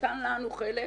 נתן לנו חלק,